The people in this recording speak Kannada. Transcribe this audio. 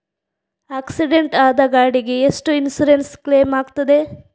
ಆಕ್ಸಿಡೆಂಟ್ ಆದ ಗಾಡಿಗೆ ಎಷ್ಟು ಇನ್ಸೂರೆನ್ಸ್ ಕ್ಲೇಮ್ ಆಗ್ತದೆ?